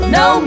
no